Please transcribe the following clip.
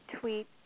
tweet